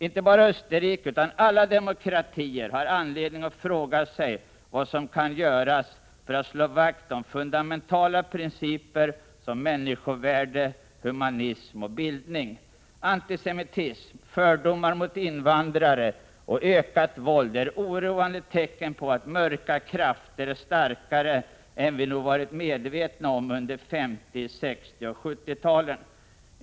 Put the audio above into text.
Inte bara Österrike utan alla demokratier har anledning att fråga sig vad som kan göras för att slå vakt om fundamentala principer som människovärde, humanism och bildning. Antisemitism, fördomar mot invandrare och ökat våld är oroande tecken på att mörka krafter är starkare än vi nog varit medvetna om under 50-, 60 och 70-talen.